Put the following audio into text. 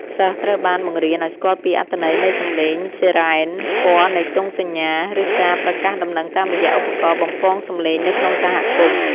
សិស្សត្រូវបានបង្រៀនឱ្យស្គាល់ពីអត្ថន័យនៃសំឡេងស៊ីរ៉ែន ពណ៌នៃទង់សញ្ញា ឬការប្រកាសដំណឹងតាមរយៈឧបករណ៍បំពងសំឡេងនៅក្នុងសហគមន៍។